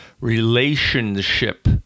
relationship